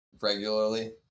regularly